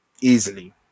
Easily